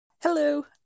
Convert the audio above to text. Hello